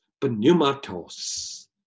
pneumatos